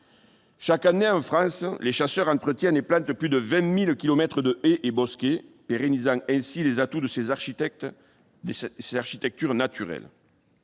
Chaque année, en France, les chasseurs entretiennent et plantent plus de 20 000 kilomètres de haies et bosquets, pérennisant ainsi les atouts de ces architectures naturelles.